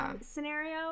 scenario